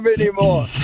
anymore